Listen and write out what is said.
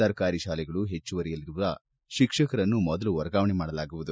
ಸರ್ಕಾರಿ ಶಾಲೆಗಳು ಹೆಚ್ಚುವರಿಯಲ್ಲಿರುವ ಶಿಕ್ಷಕರನ್ನು ಮೊದಲು ಮರ್ಗಾವಣೆ ಮಾಡಲಾಗುವುದು